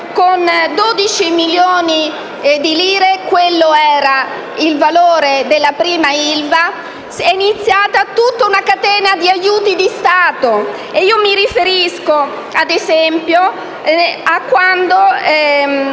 con 12 milioni di lire (quello era il valore della prima ILVA) è iniziata tutta una catena di aiuti di Stato. Mi riferisco, ad esempio, a quando